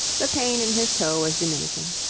the pain in his toe was diminishing.